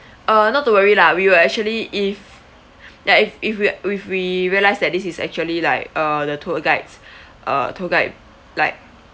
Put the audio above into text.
uh not to worry lah we were actually if ya if if we if we realised that this is actually like uh the tour guide's uh tour guide like